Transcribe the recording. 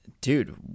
dude